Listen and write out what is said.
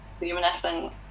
luminescent